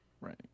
right